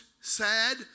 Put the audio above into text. sad